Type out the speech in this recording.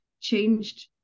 changed